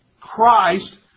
Christ